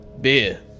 beer